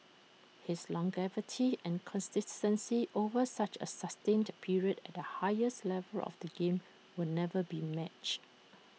his longevity and consistency over such A sustained period at the highest level of the game will never be matched